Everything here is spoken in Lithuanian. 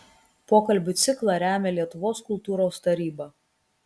pokalbių ciklą remia lietuvos kultūros taryba